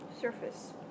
surface